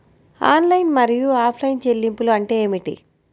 Online మరియు offline చెల్లింపులు అంటే ఏమిటి?